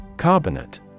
Carbonate